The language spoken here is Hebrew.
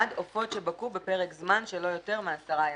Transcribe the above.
""גיל אחד" עופות שבקעו בפרק זמן של לא יותר מעשרה ימים".